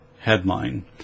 headline